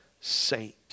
saint